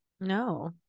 No